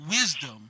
wisdom